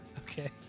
Okay